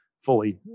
fully